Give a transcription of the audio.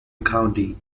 county